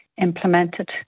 implemented